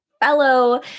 fellow